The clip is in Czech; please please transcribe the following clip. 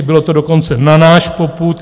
Bylo to dokonce na náš popud.